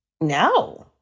No